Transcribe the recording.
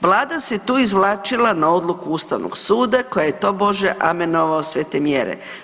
Vlada se tu izvlačila na odluku Ustavnog suda koji je tobože amenovao sve te mjere.